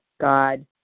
God